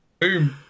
Boom